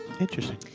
Interesting